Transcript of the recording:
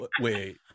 wait